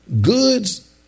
goods